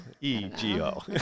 E-G-O